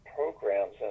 programs